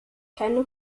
keine